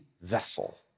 vessel